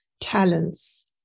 talents